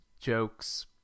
jokes